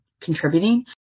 contributing